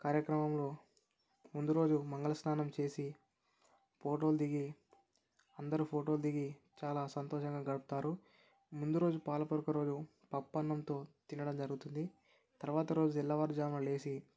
కార్యక్రమంలో ముందురోజు మంగళ స్నానం చేసి ఫోటోలు దిగి అందరు ఫోటోలు దిగి చాలా సంతోషంగా గడుపుతారు ముందు రోజు పాలపుడక రోజు పప్పన్నంతో తినడం జరుగుతుంది తర్వాత రోజు తెల్లవారుజామున లేచి